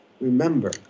Remember